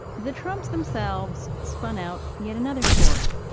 the trumps themselves spun out yet another story.